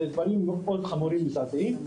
זה דברים מאוד חמורים ומזעזעים.